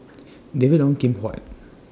David Ong Kim Huat